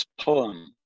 poem